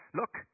look